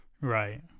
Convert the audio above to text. Right